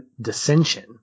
dissension